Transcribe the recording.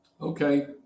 Okay